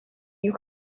you